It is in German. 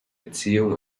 erziehung